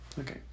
Okay